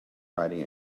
riding